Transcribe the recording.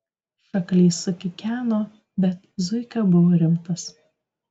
šakalys sukikeno bet zuika buvo rimtas